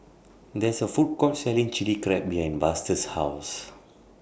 There IS A Food Court Selling Chili Crab behind Buster's House